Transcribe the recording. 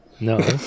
No